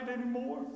anymore